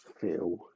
feel